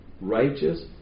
righteous